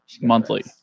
monthly